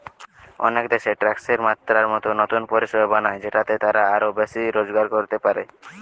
অনেক দেশ ট্যাক্সের মাত্রা মতো নতুন পরিষেবা বানায় যেটাতে তারা আরো বেশি রোজগার করতে পারে